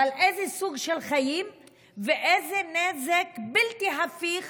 אבל איזה סוג של חיים ואיזה נזק בלתי הפיך